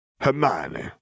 Hermione